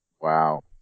Wow